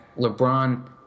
LeBron